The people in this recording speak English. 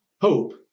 hope